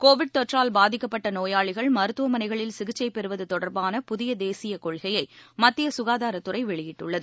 Covid தொற்றால் பாதிக்கப்பட்ட நோயாளிகள் மருத்துவமனைகளில் சிகிச்சை பெறுவது தொடர்பான புதிய தேசிய கொள்கையை மத்திய சுகாதாரத்துறை வெளியிட்டுள்ளது